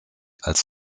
als